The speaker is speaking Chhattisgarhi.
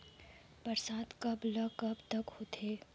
बरसात कब ल कब तक होथे?